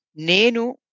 nenu